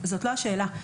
זאת לא השאלה.